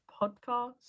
Podcast